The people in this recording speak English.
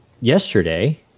yesterday